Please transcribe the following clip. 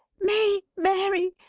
may, mary!